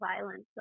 violence